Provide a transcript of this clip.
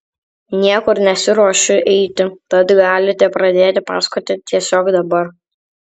niekur nesiruošiu eiti tad galite pradėti pasakoti tiesiog dabar